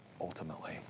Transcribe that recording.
ultimately